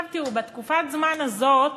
עכשיו תראו, בתקופת הזמן הזאת,